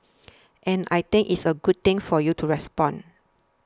and I think it is a good thing for you to respond